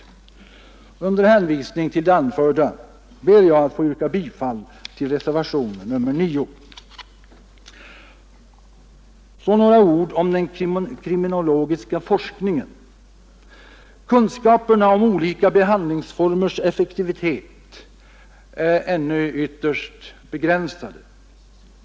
Med hänvisning till det anförda ber jag att få yrka bifall till Så några ord om den kriminologiska forskningen. Kunskaperna om olika behandlingsformers effektivitet är ännu ytterst begränsade.